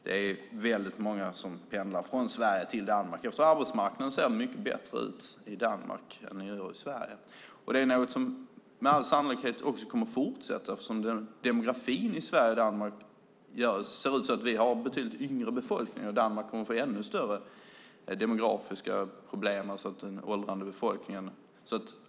Det är väldigt många som pendlar från Sverige till Danmark eftersom arbetsmarknaden ser mycket bättre ut i Danmark än i övrigt i Sverige. Det är något som med all sannolikhet också kommer att fortsätta eftersom demografin i Sverige och Danmark är sådan att vi har en betydligt yngre befolkning medan Danmark kommer att få ännu större demografiska problem med den åldrande befolkningen.